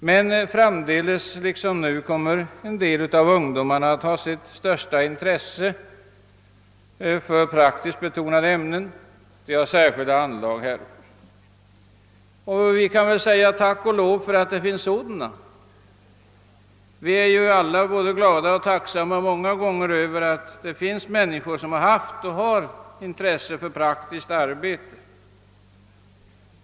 Men framdeles liksom nu kommer en del ungdomar att vara mest intresserade av praktiskt betonade ämnen — de har särskilda anlag härför. Och tack och lov för detta! Vi är alla glada och tacksamma för att det finns människor som har intresse för praktiskt arbete.